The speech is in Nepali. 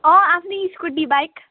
अँ आफ्नै स्कुटी बाइक